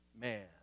man